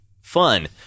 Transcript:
fun